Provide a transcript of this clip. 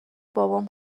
بابام